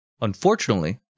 Unfortunately